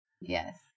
Yes